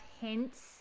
hints